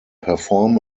perform